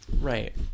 right